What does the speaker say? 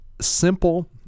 simple